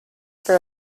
for